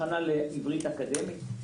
הכנה לעברית אקדמית.